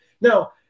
Now